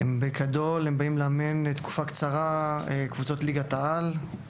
בדרך כלל, לאמן את קבוצות ליגת העל לתקופה קצרה.